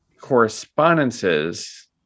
correspondences